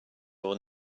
will